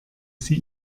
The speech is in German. sie